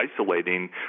isolating